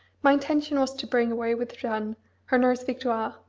my intention was to bring away with jeanne her nurse victoire,